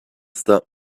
stop